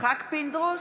יצחק פינדרוס,